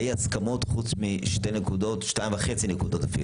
להסכמות, חוץ מ-2.5 נקודות.